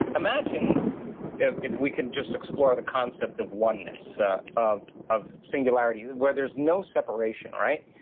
imagine if if we can just explore the concept of oneness ah of of singularity where there's no separation right?